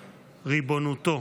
ריבונותו.